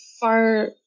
far